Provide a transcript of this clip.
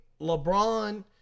LeBron